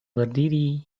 berdiri